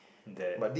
that